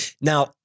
Now